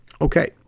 Okay